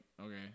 okay